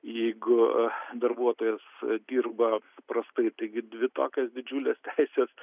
jeigu darbuotojas dirba prastai taigi dvi tokios didžiulės teisės